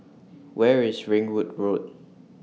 Where IS Ringwood Road